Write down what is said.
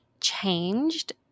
changed